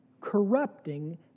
Corrupting